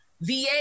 va